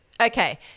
Okay